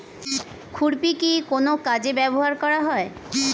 খুরপি কি কোন কাজে ব্যবহার করা হয়?